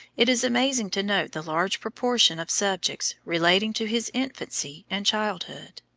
it is amazing to note the large proportion of subjects relating to his infancy and childhood.